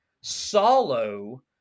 solo